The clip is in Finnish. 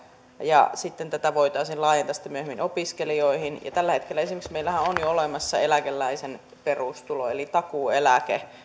ja sitten tätä voitaisiin laajentaa myöhemmin opiskelijoihin tällä hetkellähän meillä esimerkiksi on jo olemassa eläkeläisen perustulo eli takuueläke